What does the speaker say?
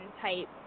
type